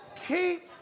Keep